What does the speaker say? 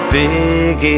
big